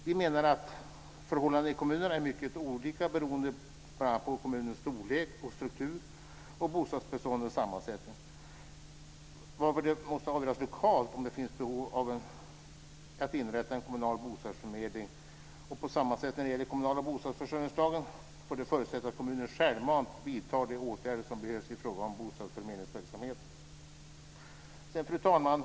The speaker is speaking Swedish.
Vi menar att förhållandena i kommunen är mycket olika beroende bl.a. på kommunens storlek och struktur och bostadsbeståndets sammansättning, varför det måste avgöras lokalt om det finns behov av att inrätta en kommunal bostadsförmedling. På samma sätt som när det gäller den kommunala bostadsförsörjningsplaneringen får det förutsättas att kommunen självmant vidtar de åtgärder som behövs i fråga om bostadsförmedlingsverksamheten. Fru talman!